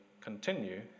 continue